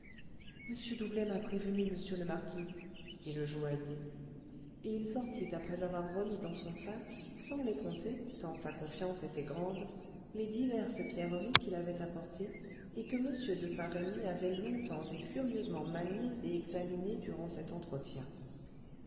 m doublet m'a prévenu monsieur le marquis dit le joaillier et il sortit après avoir remis dans son sac sans les compter tant sa confiance était grande les diverses pierreries qu'il avait apportées et que m de saint-remy avait longtemps et curieusement maniées et examinées durant cet entretien